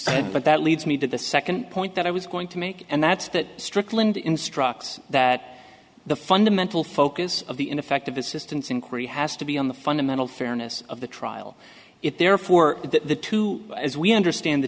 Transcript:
said but that leads me to the second point that i was going to make and that's that strickland instructs that the fundamental focus of the ineffective assistance inquiry has to be on the fundamental fairness of the trial it therefore that the two as we understand the